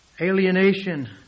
Alienation